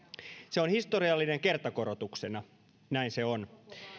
se on historiallinen kertakorotuksena näin se on